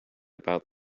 about